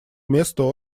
место